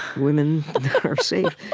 women are safe.